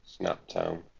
Snaptown